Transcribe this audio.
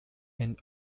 and